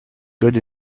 good